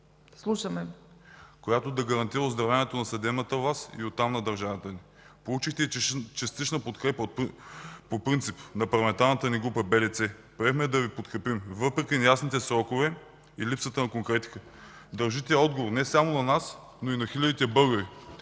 която да гарантира оздравяването на съдебната власт и оттам на държавата ни. Получихте частична подкрепа по принцип на парламентарната ни група БДЦ. Приехме да Ви подкрепим въпреки неясните срокове и липсата на конкретика. Дължите отговор не само на нас, но и на хилядите българи,